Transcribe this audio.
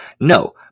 No